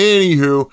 Anywho